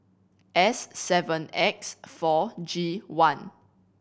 S seven X four G one